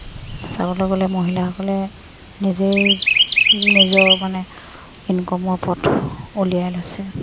চাবলৈ গ'লে মহিলাসকলে নিজেই নিজৰ মানে ইনকামৰ পথ উলিয়াই লৈছে